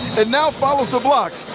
and now follow the block.